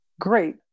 great